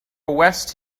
west